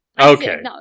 Okay